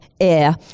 air